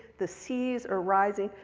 the seas are rising,